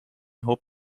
hoop